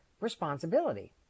responsibility